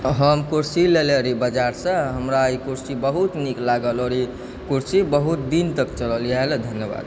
हम कुर्सी लेले रही बाजारसँ हमरा ई कुर्सी बहुत नीक लागल आओर ई कुर्सी बहुत दिन तक चलल एहिलए धन्यवाद